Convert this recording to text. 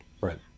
Right